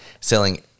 selling